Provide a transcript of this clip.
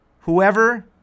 whoever